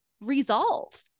resolve